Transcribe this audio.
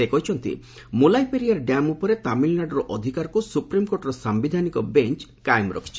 ସେ କହିଛନ୍ତି ଯେ ମୁଲାଇପେରିଆର ଡ୍ୟାମ୍ ଉପରେ ତାମିଲନାଡୁର ଅଧିକାରକୁ ସୁପ୍ରିମକୋର୍ଟର ସାୟିଧାନିକ ବେଞ୍ କାଏମ୍ ରଖିଛି